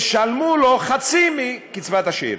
ישלמו לו חצי מקצבת השאירים,